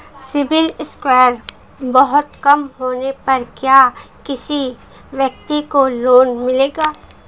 CIBIL score बहुत कम होने पर क्या किसी व्यक्ति को लोंन मिलेगा?